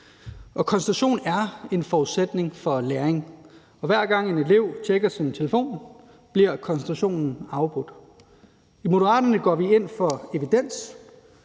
Koncentration er en forudsætning for læring, og hver gang en elev tjekker sin telefon, bliver koncentrationen afbrudt. I Moderaterne går vi ind for evidens,